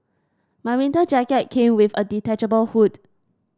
my winter jacket came with a detachable hood